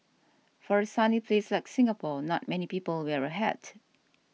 for a sunny place like Singapore not many people wear a hat